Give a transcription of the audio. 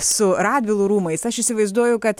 su radvilų rūmais aš įsivaizduoju kad